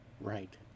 Right